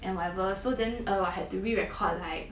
and whatever so then err had to re-record like